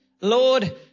Lord